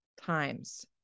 times